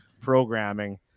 programming